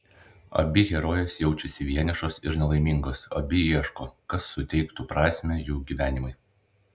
abi herojės jaučiasi vienišos ir nelaimingos abi ieško kas suteiktų prasmę jų gyvenimui